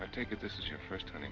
i take it this is your first time